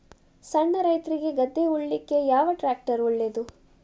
ಸಣ್ಣ ರೈತ್ರಿಗೆ ಗದ್ದೆ ಉಳ್ಳಿಕೆ ಯಾವ ಟ್ರ್ಯಾಕ್ಟರ್ ಒಳ್ಳೆದು?